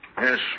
yes